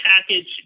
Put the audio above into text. package